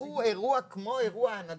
קחו אירוע כמו אירוע הנגמ"ש,